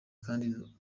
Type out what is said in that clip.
kandi